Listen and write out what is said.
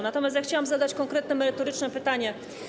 Natomiast ja chciałam zadać konkretne, merytoryczne pytanie.